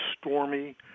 stormy